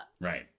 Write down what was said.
Right